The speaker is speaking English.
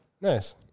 Nice